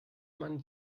man